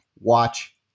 watch